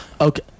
Okay